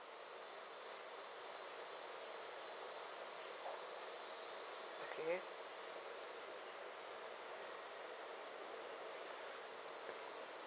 okay